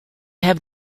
have